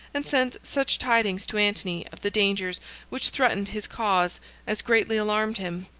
and sent such tidings to antony of the dangers which threatened his cause as greatly alarmed him.